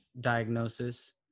diagnosis